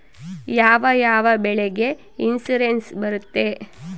ಯಾವ ಯಾವ ಬೆಳೆಗೆ ಇನ್ಸುರೆನ್ಸ್ ಬರುತ್ತೆ?